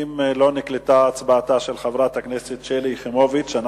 אם לא נקלטה הצבעתה של חברת הכנסת שלי יחימוביץ אנחנו